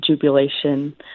jubilation